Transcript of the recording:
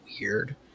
weird